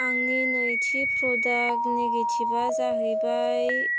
आंनि नैथि प्रदाक नेगेटिभआ जाहैबाय